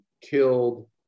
killed